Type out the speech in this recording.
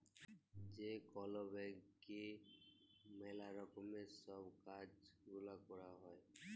যে কল ব্যাংকে ম্যালা রকমের সব কাজ গুলা ক্যরা হ্যয়